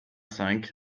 cinq